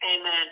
Amen